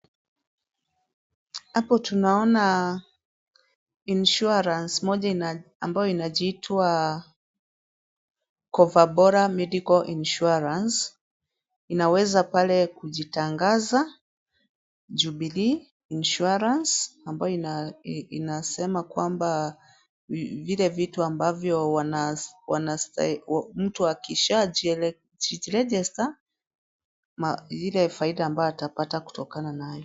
Hapo tunaona insurance moja ambayo inajiita cover bora medical insurance . Inaweza pale kujitangaza jubilee insurance ambayo inasema kwamba zile vitu ambavyo mtu akisharegister ama zile faida mtu atapata kutokana nayo.